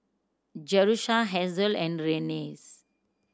Jerusha Hasel and Renae's